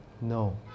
No